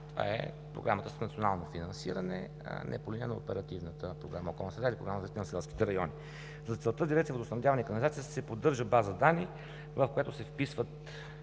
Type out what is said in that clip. Това е програмата с национално финансиране, а не по линия на Оперативна програма „Околна среда“ или Програма за развитие на селските райони. За целта дирекция „Водоснабдяване и канализация“ си поддържа база данни, в която се вписват